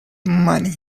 money